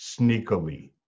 Sneakily